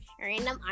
random